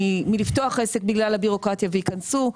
מלפתוח עסק בגלל הבירוקרטיה וייכנסו,